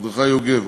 מרדכי יוגב,